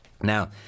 Now